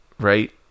right